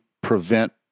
prevent